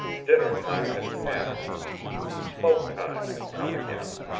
dinner time had passed smoke time had come again.